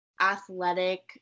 athletic